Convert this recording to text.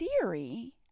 theory